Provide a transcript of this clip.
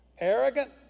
Arrogant